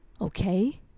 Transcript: okay